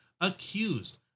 Accused